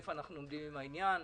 איפה אנחנו עומדים בעניין?